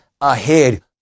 ahead